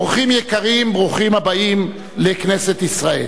אורחים יקרים, ברוכים הבאים לכנסת ישראל.